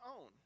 own